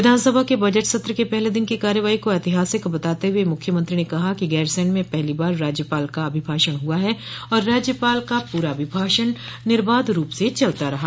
विधानसभा के बजट सत्र के पहले दिन की कार्यवाही को ऐतिहासिक बताते हुए मुख्यमंत्री ने कहा कि गैरसैंण में पहली बार राज्यपाल का अभिभाषण हुआ है और राज्यपाल का पूरा अभिभाषण निर्बाध रूप से चलता रहा